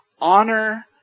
Honor